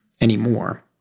anymore